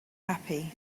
happy